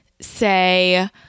say